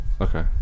Okay